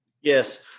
Yes